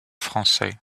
français